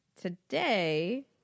today